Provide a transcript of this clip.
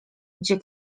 gdzie